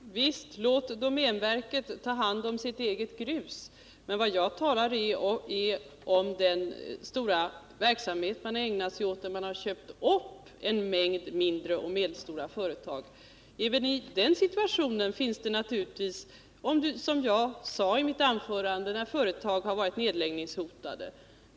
Herr talman! Visst, låt domänverket ta hand om sitt eget grus! Vad jag talar om är emellertid den stora verksamhet man har ägnat sig åt när man har köpt upp en mängd mindre och medelstora företag — naturligtvis även i den situationen, som jag sade i mitt anförande, när företag har varit nedläggningshotade.